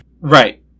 Right